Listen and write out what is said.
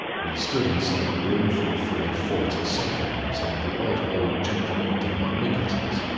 we stood inside the room for fully forty seconds, and the odd old gentleman did not look at us.